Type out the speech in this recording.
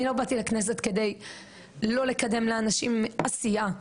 אני לא באתי לכנסת כדי לא לקדם לאנשים עשייה,